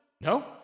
No